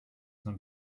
some